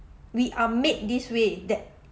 we are made this way that